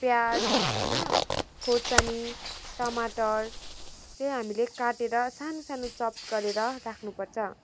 प्याज होइन खुर्सानी टमाटर चाहिँ हामीले काटेर सानो सानो चप गरेर राख्नुपर्छ